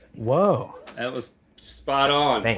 whoa. that was spot on. thanks.